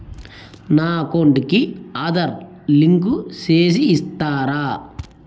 నా అకౌంట్ కు ఆధార్ లింకు సేసి ఇస్తారా?